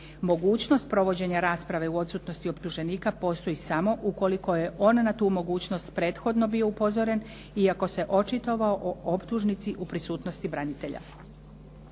mogućnost provođenja rasprave u odsutnosti optuženika postoji samo ukoliko je on na tu mogućnost prethodno bio upozoren i ako se očitovao o optužnici u prisutnosti branitelja.